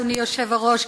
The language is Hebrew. אדוני היושב-ראש,